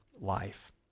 life